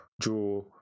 draw